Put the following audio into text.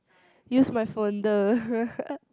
use my phoned